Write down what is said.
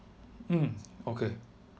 mm okay